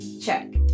check